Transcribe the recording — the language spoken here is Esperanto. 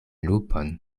lupon